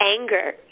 Anger